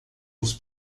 nos